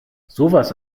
sowas